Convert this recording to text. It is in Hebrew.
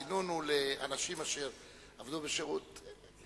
צינון הוא לאנשים שעבדו בשירות המדינה.